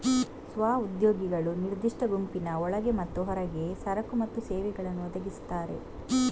ಸ್ವ ಉದ್ಯೋಗಿಗಳು ನಿರ್ದಿಷ್ಟ ಗುಂಪಿನ ಒಳಗೆ ಮತ್ತು ಹೊರಗೆ ಸರಕು ಮತ್ತು ಸೇವೆಗಳನ್ನು ಒದಗಿಸ್ತಾರೆ